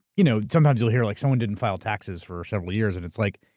you know sometimes you'll hear like someone didn't file taxes for several years, and it's like,